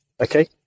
okay